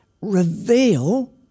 reveal